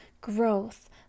growth